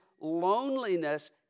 loneliness